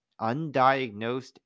undiagnosed